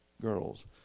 girls